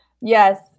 Yes